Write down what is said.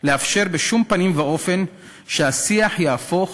אסור לנו בשום פנים ואופן לאפשר שהשיח יהפוך